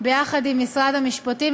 ביחד עם משרד המשפטים,